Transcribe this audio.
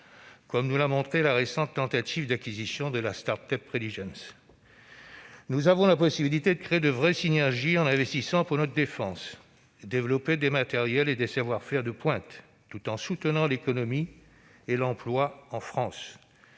comme nous l'a montré la récente tentative d'acquisition de la start-up Preligens. Nous avons la possibilité de créer de véritables synergies en investissant pour notre défense, de développer des matériels et des savoir-faire de pointe tout en soutenant l'économie et l'emploi en France.